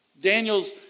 Daniel's